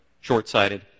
short-sighted